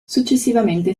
successivamente